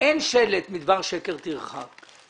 אין שלט מדבר שקר תרחק.